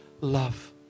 love